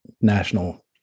national